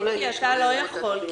מיקי, לך אין זכות הצבעה.